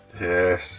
Yes